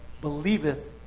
believeth